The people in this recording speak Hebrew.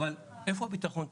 אבל איפה ביטחון תעסוקתי?